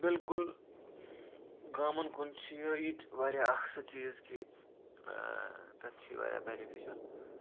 بِلکُل گامَن کُن چھُ ییٚتہِ واریاہ اکھ سُہ چیٖز کہِ تَتہِ چھُ یہِ واریاہ بینِفِشَل